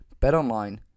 BetOnline